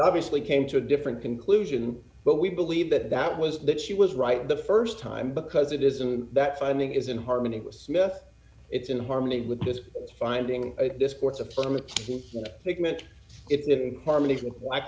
obviously came to a different conclusion but we believe that that was that she was right the st time because it isn't that funding is in harmony with smith it's in harmony with this finding this sports affirmative think meant it in harmony